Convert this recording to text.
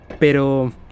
Pero